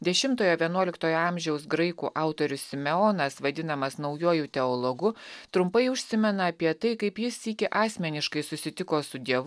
dešimtojo vienuoliktojo amžiaus graikų autorius simeonas vadinamas naujuoju teologu trumpai užsimena apie tai kaip jis sykį asmeniškai susitiko su dievu